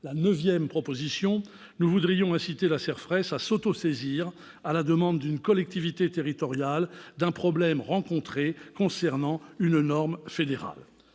Neuvième proposition, enfin : nous voudrions inciter la CERFRES à s'autosaisir, à la demande d'une collectivité territoriale, d'un problème rencontré concernant une norme fédérale.